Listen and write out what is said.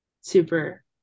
super